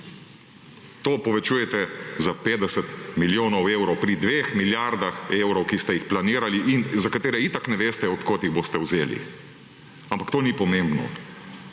to povečujete za 50 milijonov evrov pri 2 milijardah evrov, ki ste jih planirali in za katere itak ne veste, od kod jih boste vzeli, ampak to ni pomembno.